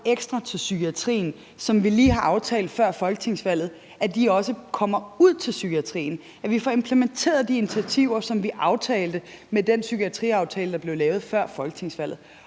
ekstra til psykiatrien, som vi lige har aftalt før folketingsvalget, også kommer ud til psykiatrien – at vi får implementeret de initiativer, som vi aftalte med den psykiatriaftale, der blev lavet før folketingsvalget.